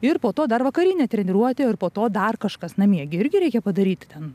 ir po to dar vakarinė treniruotė ir po to dar kažkas namie gi irgi reikia padaryti ten